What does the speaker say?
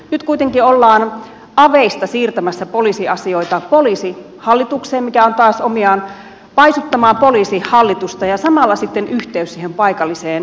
nyt kuitenkin ollaan aveista siirtämässä poliisiasioita poliisihallitukseen mikä on taas omiaan paisuttamaan poliisihallitusta ja samalla sitten yhteys siihen paikalliseen katkeaa